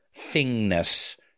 thingness